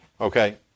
Okay